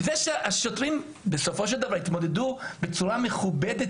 השוטרים בסופו של דבר התמודדו בצורה מכובדת